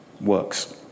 works